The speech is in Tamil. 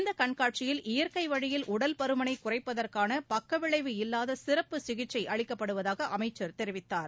இந்தக் கண்காட்சியில் இயற்கை வழியில் உடல் பருமனைக் குறைப்பதற்கான பக்க விளைவு இல்லாத சிறப்பு சிகிச்சை அளிக்கப்படுவதாக அமைச்சர் தெரிவித்தார்